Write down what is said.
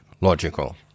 logical